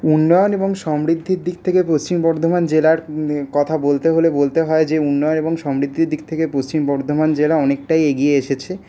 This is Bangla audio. উন্নয়ন এবং সমৃদ্ধির দিক থেকে পশ্চিম বর্ধমান জেলার কথা বলতে হলে বলতে হয় যে উন্নয়ন এবং সমৃদ্ধির দিক থেকে পশ্চিম বর্ধমান জেলা অনেকটাই এগিয়ে এসেছে